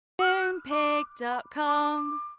Moonpig.com